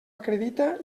acredita